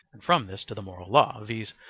and from this to the moral law, viz.